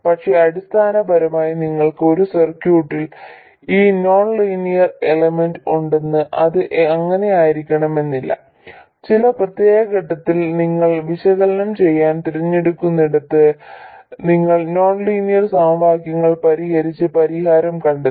പക്ഷേ അടിസ്ഥാനപരമായി നിങ്ങൾക്ക് ഒരു സർക്യൂട്ടിൽ ഈ നോൺ ലീനിയർ എലമെന്റ് ഉണ്ടെന്ന് അത് അങ്ങനെയായിരിക്കണമെന്നില്ല ചില പ്രത്യേക ഘട്ടത്തിൽ നിങ്ങൾ വിശകലനം ചെയ്യാൻ തിരഞ്ഞെടുക്കുന്നിടത്ത് നിങ്ങൾ നോൺ ലീനിയർ സമവാക്യങ്ങൾ പരിഹരിച്ച് പരിഹാരം കണ്ടെത്തി